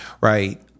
right